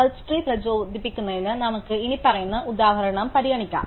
search tree പ്രചോദിപ്പിക്കുന്നതിന് നമുക്ക് ഇനിപ്പറയുന്ന ഉദാഹരണം പരിഗണിക്കാം